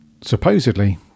supposedly